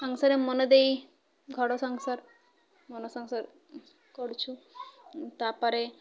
ସଂସାର ମନ ଦେଇ ଘର ସଂସାର ମନ ସଂସାର କରୁଛୁ ତାପରେ